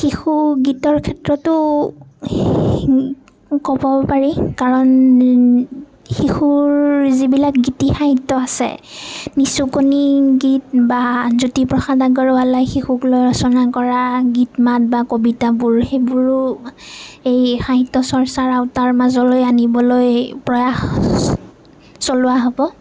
শিশু গীতৰ ক্ষেত্ৰতো ক'ব পাৰি কাৰণ শিশুৰ যিবিলাক গীতি সাহিত্য আছে নিচুকনি গীত বা জ্যোতিপ্ৰসাদ আগৰৱালাই শিশুক লৈ ৰচনা কৰা গীত মাত বা কবিতাবোৰ সেইবোৰো এই সাহিত্য চৰ্চাৰ আওতাৰ মাজলৈ আনিবলৈ প্ৰয়াস চলোৱা হ'ব